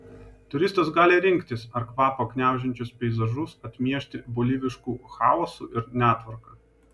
turistas gali rinktis ar kvapą gniaužiančius peizažus atmiešti bolivišku chaosu ir netvarka